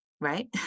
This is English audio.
right